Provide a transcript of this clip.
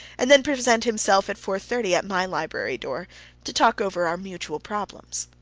and then present himself at four-thirty at my library door to talk over our mutual problems.